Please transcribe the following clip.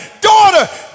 daughter